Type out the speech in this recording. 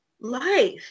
life